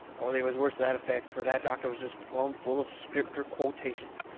or they was words to that effect, fur that doctor was jest plumb full of scripter quotations.